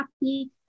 happy